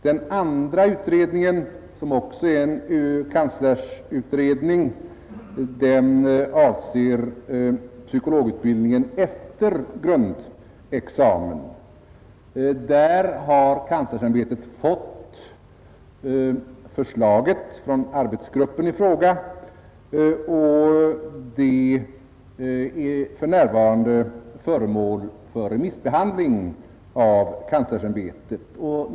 Den andra utredningen, som också är en kanslersutredning, avser psykologutbildningen före grundexamen. Kanslersämbetet har fått förslaget från arbetsgruppen i fråga, och det är för närvarande föremål för remissbehandling inom kanslersämbetets ram.